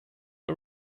are